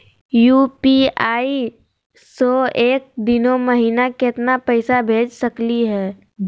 UPI स एक दिनो महिना केतना पैसा भेज सकली हे?